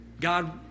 God